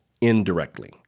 indirectly